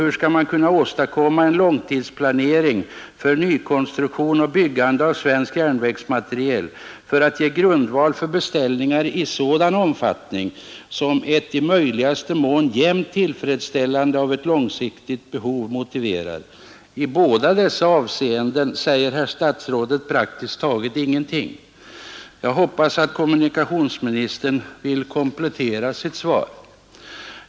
Hur skall man kunna åstadkomma en långtidsplanering för nykonstruktion och byggande av svenskt järnvägsmateriel för att ge grundval för beställningar i sådan omfattning som ett i möjligaste mån jämnt tillfredsställande av ett långsiktigt behov motiverar? I dessa båda avseenden säger herr statsrådet praktiskt taget ingenting. Jag hoppas att kommunikationsministern där vill komplettera sitt svar.